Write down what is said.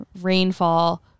rainfall